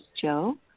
Joe